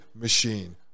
machine